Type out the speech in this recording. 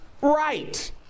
right